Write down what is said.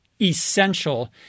essential